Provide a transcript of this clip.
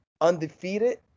Undefeated